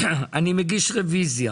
אני מגיש רוויזיה.